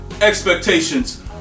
expectations